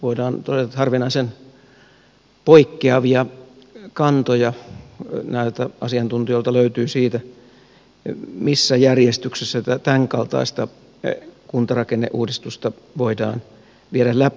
voidaan todeta että harvinaisen poikkeavia kantoja näiltä asiantuntijoilta löytyi siitä missä järjestyksessä tämänkaltaista kuntarakenneuudistusta voidaan viedä läpi